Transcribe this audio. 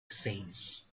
saints